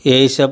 यही सब